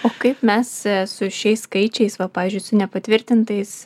o kaip mes su šiais skaičiais va pavyzdžiui su nepatvirtintais